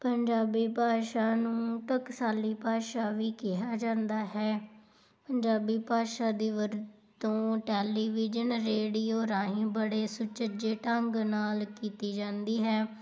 ਪੰਜਾਬੀ ਭਾਸ਼ਾ ਨੂੰ ਟਕਸਾਲੀ ਭਾਸ਼ਾ ਵੀ ਕਿਹਾ ਜਾਂਦਾ ਹੈ ਪੰਜਾਬੀ ਭਾਸ਼ਾ ਦੀ ਵਰਤੋਂ ਟੈਲੀਵਿਜ਼ਨ ਰੇਡੀਓ ਰਾਹੀਂ ਬੜੇ ਸੁਚੱਜੇ ਢੰਗ ਨਾਲ ਕੀਤੀ ਜਾਂਦੀ ਹੈ